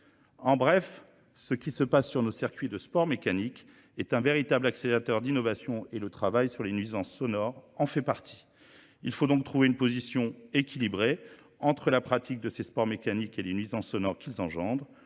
En bref, ce qui se passe sur nos circuits de sport mécanique est un véritable accélérateur d'innovation et le travail sur les nuisances sonores en fait partie. Il faut donc trouver une position équilibrée entre la pratique de ces sports mécaniques et les nuisances sonores qu'ils engendrent.